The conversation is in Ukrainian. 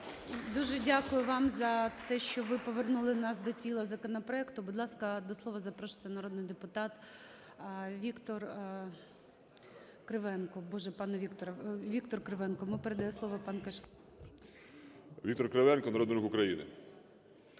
Дуже дякую вам за те, що ви повернули нас до тіла законопроекту. Будь ласка, до слова запрошується народний депутат Віктор Кривенко. Боже, пане Вікторе…